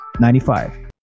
95